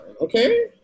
okay